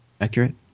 Accurate